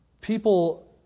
People